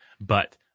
But-